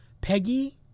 Peggy